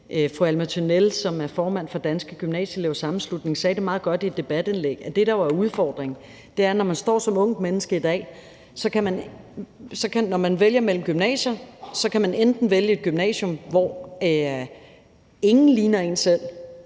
fru Alma Tynell, som er formand for Danske Gymnasieelevers Sammenslutning, sagde det meget godt i et debatindlæg, nemlig at det, der var udfordringen, er, at når man står som ungt menneske i dag, kan man, når man vælger mellem gymnasier, enten vælge et gymnasium, hvor ingen ligner en selv,